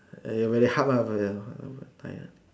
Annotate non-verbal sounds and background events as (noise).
eh very hard lah (noise) tired